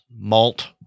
malt